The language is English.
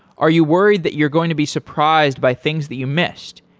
are you worried that you're going to be surprised by things that you missed,